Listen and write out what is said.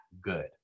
good